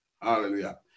Hallelujah